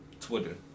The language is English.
Twitter